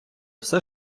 все